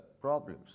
problems